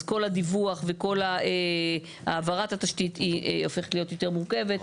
אז כל הדיווח וכל העברת התשתית היא הופכת להיות יותר מורכבת,